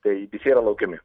tai visi yra laukiami